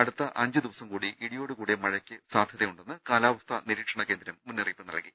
അടുത്ത അഞ്ച് ദിവസം കൂടി ഇടിയോട് കൂടിയ കനത്തമഴക്ക് സാധൃതയുണ്ടെന്ന് കാലാവസ്ഥാ നിരീക്ഷണ കേന്ദ്രം മുന്നറിയിപ്പ് നൽകി